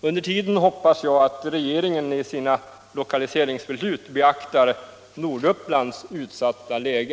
Under tiden hoppas jag att regeringen i sina lokaliseringsbeslut beaktar Nordupplands utsatta läge.